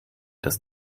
das